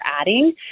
adding